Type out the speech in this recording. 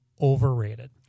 overrated